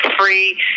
free